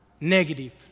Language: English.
negative